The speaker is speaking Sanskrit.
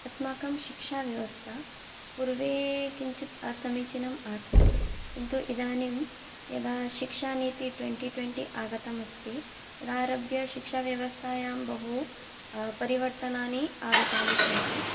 अस्माकं शिक्षाव्यवस्था पूर्वं किञ्चित् असमीचीनम् आसीत् किन्तु इदानीं यदा शिक्षानीतिः ट्वेण्टी ट्वेण्टी आगता अस्ति तदारभ्य शिक्षाव्यवस्थायां बहु परिवर्तनानि आगतानि सन्ति